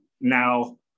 now